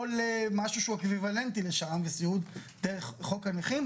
או למשהו שהוא אקוויוולנטי לשם לסיעוד דרך חוק הנכים,